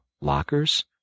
lockers